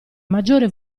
maggiore